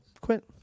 Quit